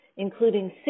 including